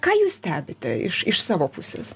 ką jūs stebite iš iš savo pusės